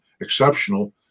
exceptional